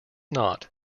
not